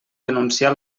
denunciar